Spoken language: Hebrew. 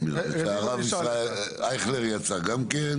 הרב אייכלר גם יצא.